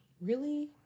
Really-